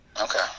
okay